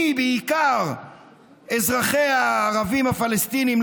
בעיקר מאזרחיה הערבים הפלסטינים,